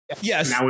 Yes